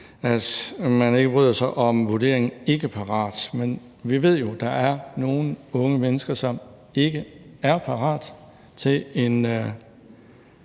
at man ikke bryder sig om vurderingen ikke parat, men vi ved jo, at der er nogle unge mennesker, som ikke er parate til en